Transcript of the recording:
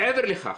מעבר לכך,